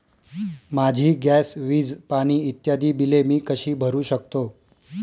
माझी गॅस, वीज, पाणी इत्यादि बिले मी कशी भरु शकतो?